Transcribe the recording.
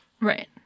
Right